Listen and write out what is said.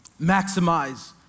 Maximize